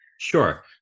Sure